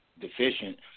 deficient